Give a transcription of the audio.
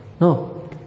No